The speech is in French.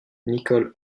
nicole